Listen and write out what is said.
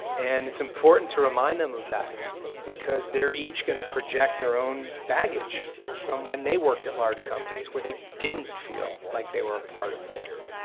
and it's important to remind them of that because they're each going to project their own baggage from when they worked at large companies where they didn't feel like they were a part of things,